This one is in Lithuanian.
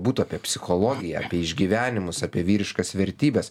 būtų apie psichologiją apie išgyvenimus apie vyriškas vertybes